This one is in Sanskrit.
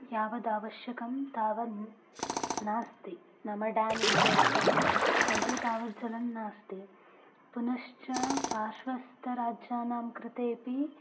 यावदावश्यकं तावद् नास्ति नाम ड्याम् इत्यादिकं मध्ये तावद् जलं नास्ति पुनश्च पार्श्वस्थराज्यानां कृतेऽपि